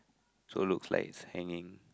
so looks like it's hanging